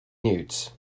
newts